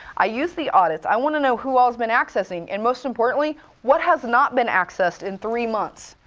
i use the audits. i want to know who all's been accessing, and most importantly what has not been accessed in three months.